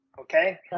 okay